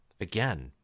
Again